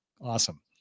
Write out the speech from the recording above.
Awesome